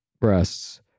breasts